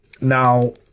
Now